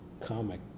Comic